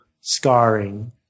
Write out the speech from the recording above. scarring